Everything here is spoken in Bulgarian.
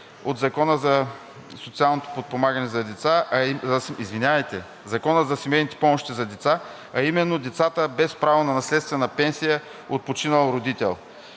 от Закона за семейните помощи за деца, а именно: „деца без право на наследствена пенсия от починал родител“.